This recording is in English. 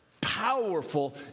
powerful